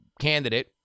candidate